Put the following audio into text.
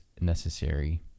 necessary